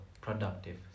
productive